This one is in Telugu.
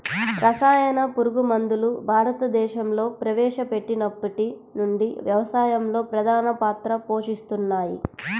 రసాయన పురుగుమందులు భారతదేశంలో ప్రవేశపెట్టినప్పటి నుండి వ్యవసాయంలో ప్రధాన పాత్ర పోషిస్తున్నాయి